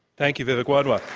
thank you, vivek wadhwa.